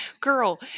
girl